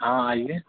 हाँ आइए